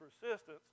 persistence